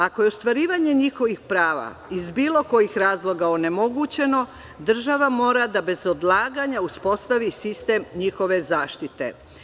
Ako je ostvarivanje njihovih prava iz bilo kojih razloga onemogućeno, država mora da bez odlaganja uspostavi sistem njihove zaštite.